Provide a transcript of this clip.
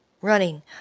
running